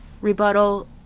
Rebuttal